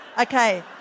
Okay